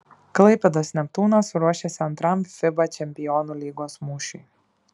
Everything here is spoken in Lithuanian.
klaipėdos neptūnas ruošiasi antram fiba čempionų lygos mūšiui